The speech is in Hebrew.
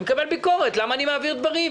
אני מקבל ביקורת למה אני מעביר דברים?